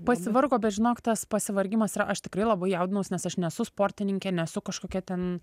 pasivargo bet žinok tas pasivargimas yra aš tikrai labai jaudinaus nes aš nesu sportininkė nesu kažkokia ten